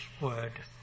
word